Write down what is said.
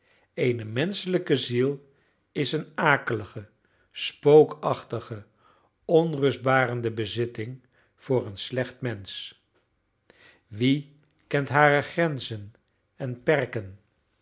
eene menschelijke ziel is een akelige spookachtige onrustbarende bezitting voor een slecht mensch wie kent hare grenzen en perken